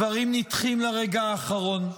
דברים נדחים לרגע האחרון.